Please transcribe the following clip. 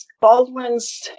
Baldwin's